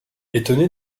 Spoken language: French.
étonné